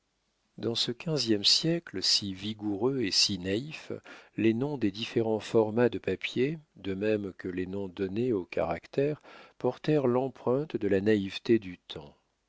dans ce quinzième siècle si vigoureux et si naïf les noms des différents formats de papier de même que les noms donnés aux caractères portèrent l'empreinte de la naïveté du temps